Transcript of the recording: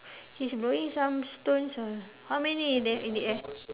he's blowing some stones uh how many are there in the air